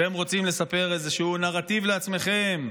אתם רוצים לספר איזשהו נרטיב לעצמכם,